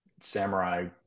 samurai